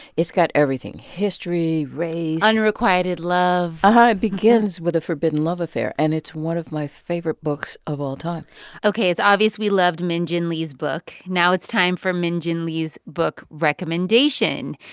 it's got everything history, race. unrequited love it begins with a forbidden love affair. and it's one of my favorite books of all time ok. it's obvious we loved min jin lee's book. now it's time for min jin lee's book recommendation.